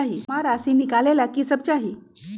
जमा राशि नकालेला कि सब चाहि?